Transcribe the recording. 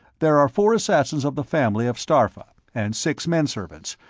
there are four assassins of the family of starpha, and six menservants,